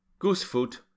Goosefoot